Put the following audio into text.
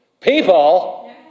People